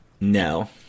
No